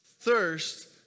thirst